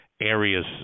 areas